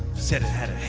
said it had a